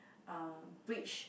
uh breach